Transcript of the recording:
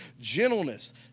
gentleness